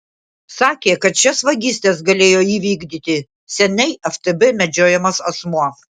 sakė kad šias vagystes galėjo įvykdyti seniai ftb medžiojamas asmuo